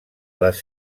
les